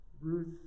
Ruth